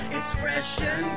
expression